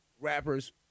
rappers